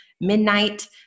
midnight